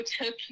took